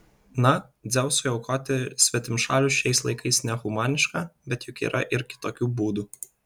na dzeusui aukoti svetimšalius šiais laikais nehumaniška bet juk yra ir kitokių būdų